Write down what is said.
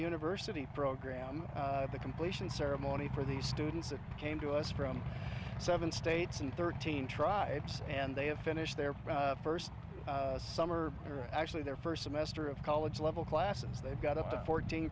university program the completion ceremony for the students that came to us from seven states and thirteen tribes and they have finished there for first summer or actually their first semester of college level classes they've got up to fourteen